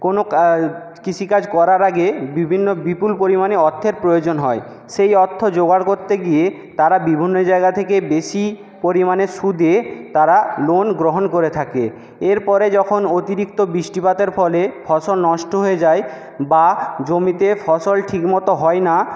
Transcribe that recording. কোনো কাজ কৃষিকাজ করার আগে বিভিন্ন বিপুল পরিমাণে অর্থের প্রয়োজন হয় সেই অর্থ জোগাড় করতে গিয়ে তারা বিভিন্ন জায়গা থেকে বেশি পরিমাণে সুদে তারা লোন গ্রহণ করে থাকে এরপরে যখন অতিরিক্ত বৃষ্টিপাতের ফলে ফসল নষ্ট হয়ে যায় বা জমিতে ফসল ঠিকমতো হয় না